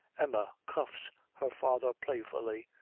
emma cuffs her father playfully.